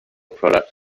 product